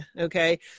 okay